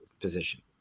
position